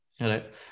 Right